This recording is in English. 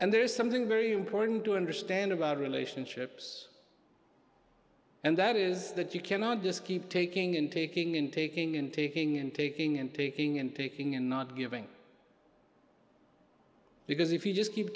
and there's something very important to understand about relationships and that is that you cannot just keep taking and taking in taking and taking and taking and taking and taking and not giving because if you just keep